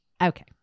Okay